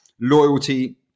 loyalty